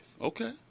Okay